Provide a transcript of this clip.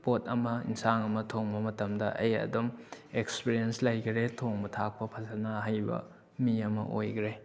ꯄꯣꯠ ꯑꯃ ꯏꯟꯁꯥꯡ ꯑꯃ ꯊꯣꯡꯕ ꯃꯇꯝꯗ ꯑꯩ ꯑꯗꯨꯝ ꯑꯦꯛꯁꯄꯦꯔꯦꯟꯁ ꯂꯩꯈꯔꯦ ꯊꯣꯡꯕ ꯊꯥꯛꯄ ꯐꯖꯅ ꯍꯩꯕ ꯃꯤ ꯑꯃ ꯑꯣꯏꯈ꯭ꯔꯦ